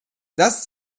das